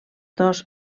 dos